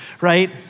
Right